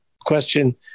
question